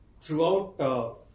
throughout